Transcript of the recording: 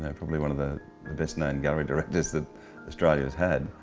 and probably one of the best known gallery directors that australia's had,